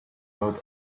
rode